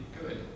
good